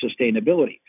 sustainability